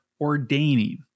ordaining